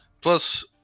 Plus